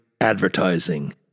advertising